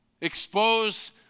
expose